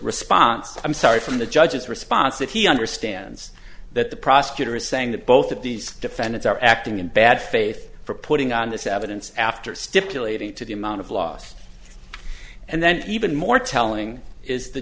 response i'm sorry from the judge's response that he understands that the prosecutor is saying that both of these defendants are acting in bad faith for putting on this evidence after stipulating to the amount of loss and then even more telling is the